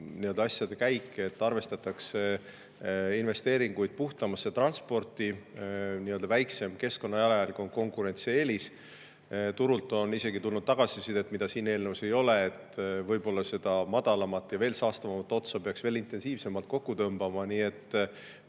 oodatud asjade käik, et arvestataks investeeringuid puhtamasse transporti. Väiksem keskkonnajalajälg on konkurentsieelis. Turult on isegi tulnud tagasisidet, mida siin eelnõus ei ole, et võib-olla seda madalamat ja saastavamat otsa peaks veel intensiivsemalt kokku tõmbama. Nii et